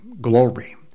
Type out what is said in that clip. glory